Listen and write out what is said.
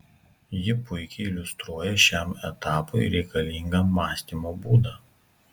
ji puikiai iliustruoja šiam etapui reikalingą mąstymo būdą